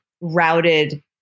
routed